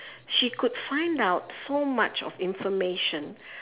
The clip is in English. she could find out so much of information